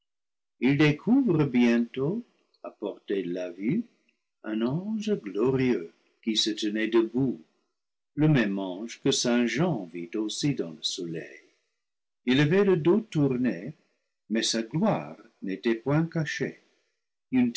il découvre bientôt à portée de la vue un ange glorieux qui se tenait debout le même ange que saint jean vit aussi dans le soleil il avait le dos tourné mais sa gloire n'était point cachée